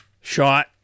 shot